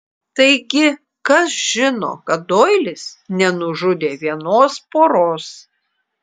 taigi kas žino kad doilis nenužudė vienos poros